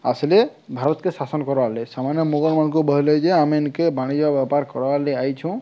ଆସିଲେ ଭାରତକେ ଶାସନ କର୍ବାରଲାଗି ସେମାନେ ମୋଗଲମାନଙ୍କୁ ବହିଲେ ଯେ ଆମେ ଏନ୍କେ ବାଣିଜ୍ୟ ବେପାର କର୍ବାର୍ ଲାଗେ ଆଇଛୁଁ